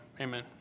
Amen